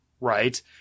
right